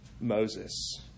Moses